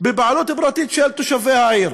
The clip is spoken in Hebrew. בבעלות פרטית של תושבי העיר.